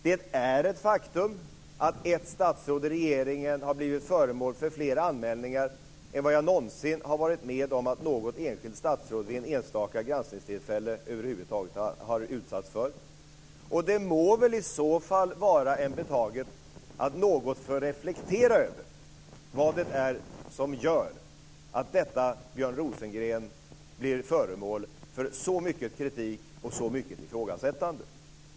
Det är ett faktum att ett statsråd i regeringen har blivit föremål för fler anmälningar än jag någonsin har varit med om att något enskilt statsråd vid ett enstaka granskningstillfälle över huvud taget har utsatts för. Det må väl i så fall vara mig obetaget att något få reflektera över vad det är som gör att Björn Rosengren blir föremål för så mycket kritik och så mycket ifrågasättande.